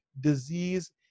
disease